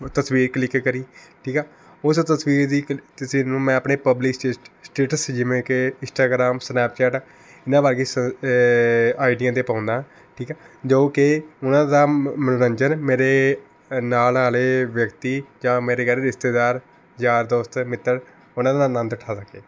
ਤਸਵੀਰ ਕਲਿੱਕ ਕਰੀ ਠੀਕ ਹੈ ਉਸ ਤਸਵੀਰ ਦੀ ਤਸਵੀਰ ਨੂੰ ਮੈਂ ਆਪਣੇ ਪਬਲਿਕ ਸਟੇ ਸਟੇਟਸ ਜਿਵੇਂ ਕਿ ਇੰਸਟਾਗ੍ਰਾਮ ਸਨੈਪਚੈਟ ਇਹਨਾਂ ਵਰਗੀਆਂ ਸ ਆਈਡੀਆਂ 'ਤੇ ਪਾਉਂਦਾ ਠੀਕ ਹੈ ਜੋ ਕਿ ਉਹਨਾਂ ਦਾ ਮਨੋ ਮਨੋਰੰਜਨ ਮੇਰੇ ਨਾਲ ਵਾਲੇ ਵਿਅਕਤੀ ਜਾਂ ਮੇਰੇ ਕਹਿ ਲਓ ਰਿਸ਼ਤੇਦਾਰ ਯਾਰ ਦੋਸਤ ਮਿੱਤਰ ਉਹਨਾਂ ਦਾ ਆਨੰਦ ਉਠਾ ਸਕੇ